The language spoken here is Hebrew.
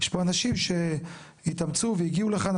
יש פה אנשים שהתאמצו והגיעו לכאן.